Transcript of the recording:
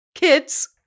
Kids